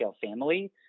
family